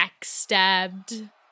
backstabbed